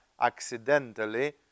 accidentally